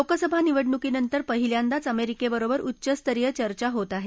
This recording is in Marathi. लोकसभा निवडणुकीनंतर पहिल्यांदाच अमेरिकेबरोबर उच्चस्तरीय चर्चा होत आहे